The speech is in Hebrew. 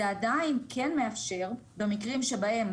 זה עדיין כן מאפשר במקרים שבהם